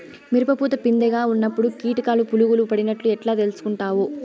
మిరప పూత పిందె గా ఉన్నప్పుడు కీటకాలు పులుగులు పడినట్లు ఎట్లా తెలుసుకుంటావు?